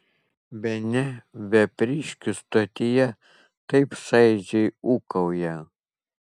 bene vepriškių stotyje taip šaižiai ūkauja